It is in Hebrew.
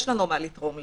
יש לנו מה לתרום לזה.